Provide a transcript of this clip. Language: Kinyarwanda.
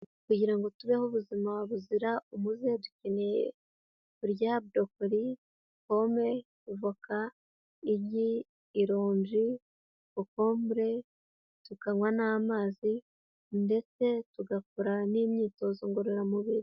Kugira ngo tubeho ubuzima buzira umuze dukeneye kurya borokoli, pome, ivoka igi, ironji, kokombure, tukanywa n'amazi ndetse tugakora n'imyitozo ngororamubiri.